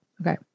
Okay